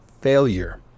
failure